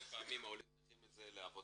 הרבה פעמים העולים צריכים את זה לעבודה,